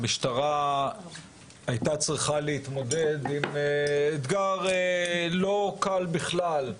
המשטרה הייתה צריכה להתמודד עם אתגר לא קל בכלל,